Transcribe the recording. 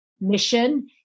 mission